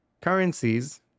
currencies